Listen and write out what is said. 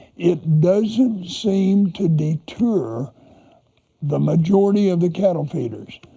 it doesn't seem to deter the majority of the cattle feeders.